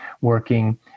working